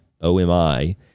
O-M-I